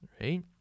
right